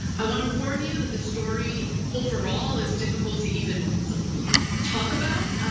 i wanna warn you that this story overall is difficult to even talk about,